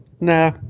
nah